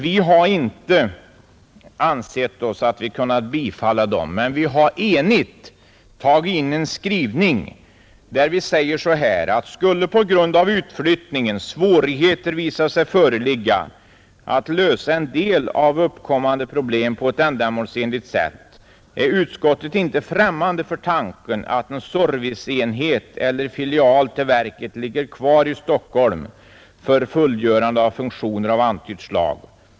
Vi har inte ansett oss kunna bifalla dem, Men vi har enigt tagit in en skrivning där vi säger: ”Skulle på grund av utflyttningen svårigheter visa sig föreligga att lösa en del av uppkommande problem på ett ändamålsenligt sätt, är utskottet inte främmande för tanken att en ”serviceenhet” eller filial till verket ligger kvar i Stockholm för fullgörande av funktioner av antytt slag.